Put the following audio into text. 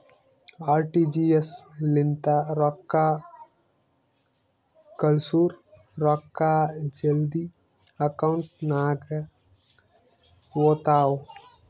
RTGS ಲಿಂತ ರೊಕ್ಕಾ ಕಳ್ಸುರ್ ರೊಕ್ಕಾ ಜಲ್ದಿ ಅಕೌಂಟ್ ನಾಗ್ ಹೋತಾವ್